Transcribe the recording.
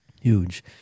Huge